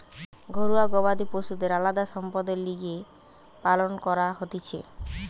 ঘরুয়া গবাদি পশুদের আলদা সম্পদের লিগে পালন করা হতিছে